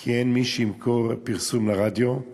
כי אין מי שימכור פרסום לרדיו.